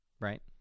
Right